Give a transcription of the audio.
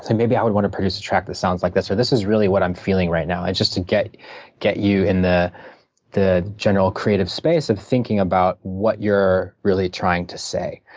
and maybe i would want to produce a track that sounds like this, or, this is really what i'm feeling right now, just to get get you in the the general creative space of thinking about what you're really trying to say.